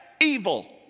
evil